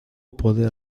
poder